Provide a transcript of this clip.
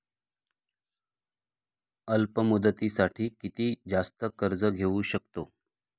अल्प मुदतीसाठी किती जास्त कर्ज घेऊ शकतो?